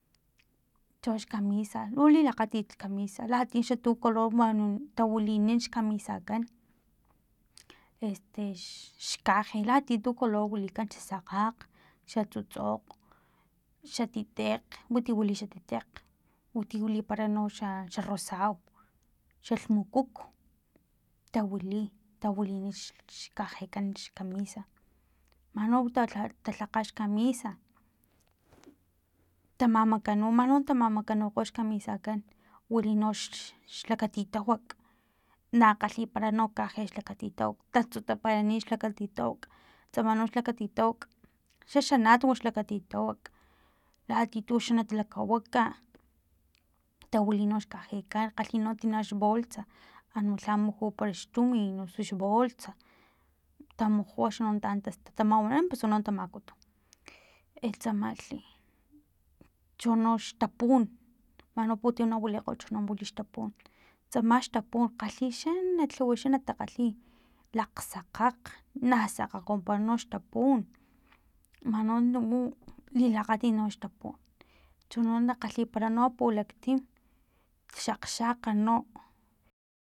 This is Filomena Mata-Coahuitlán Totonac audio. Chox kamisa lu lilakgatit kamisa latia tuxa color tawilini xkamisakan este xkaje latia tu color wilikan xa sakgakga xa tsutsokg xa titekg witi wili xa titekg unti wilipara xa rosau xalh mukuk tawili tawilina xkaje kan kamisa man no talhakga xkamisa tamamakanu man no tamamakanu xkamisakan wili no xlakatitawak na kgalhi para kaje xlakatitawak tatsutaparani xlakatitawak tsama nox lakatitawak xaxanat xlakatitawak latia tu xa lakawaka tawili nox kajekan takgalhi no tina xbolsa anu lha mujupara xtumin osu xbolsa tamuju axni taan tatamawanan pus antsa no tamakutu e tsamalhi chonox tapun mano putim na wilikgo na wili xtapun tsama xtapun kgalhi xanat lhuwa xanat kgalhi lakgsakgakg na sakgakga wampara xtapun mano u lilakgatit noxtapun chono na kgalhipara pilaktim xakg xakg no